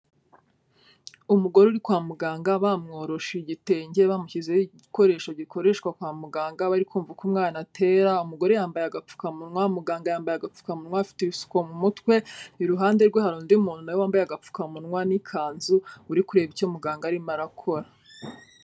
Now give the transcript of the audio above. Umugore uri kwa muganga, bamworoshe igitenge, bamushyizeho igikoresho gikoreshwa kwa muganga, bari kumva uko umwana atera, umugore yambaye agapfukamunwa, muganga yambaye agapfukamunwa, afite ibisuko mu mutwe, iruhande rwe hari undi muntu na we wambaye agapfukamunwa n'ikanzu, uri kureba icyo muganga arimo arakora.